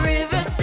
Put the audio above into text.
River